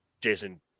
Jason